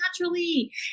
naturally